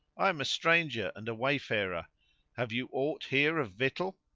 i am a stranger and a wayfarer have you aught here of victual?